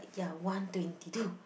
ya one twenty two